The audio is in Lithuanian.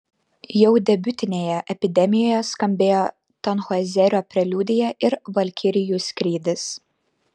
jau debiutinėje epidemijoje skambėjo tanhoizerio preliudija ir valkirijų skrydis